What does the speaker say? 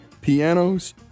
pianos